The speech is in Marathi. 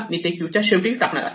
मी ते क्यू च्या शेवटी टाकणार आहे